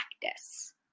practice